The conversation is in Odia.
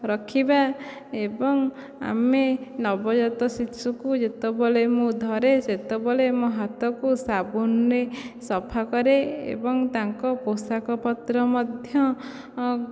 ରଖିବା ଏବଂ ଆମେ ନବଜାତ ଶିଶୁକୁ ଯେତେବେଳେ ମୁଁ ଧରେ ସେତେବେଳେ ମୋ ହାତକୁ ସାବୁନରେ ସଫା କରେ ଏବଂ ତାଙ୍କ ପୋଷାକ ପତ୍ର ମଧ୍ୟ